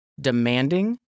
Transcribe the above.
demanding